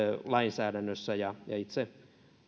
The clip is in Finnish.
lainsäädännössä ja itse